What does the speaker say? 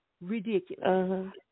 Ridiculous